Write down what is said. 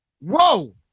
Whoa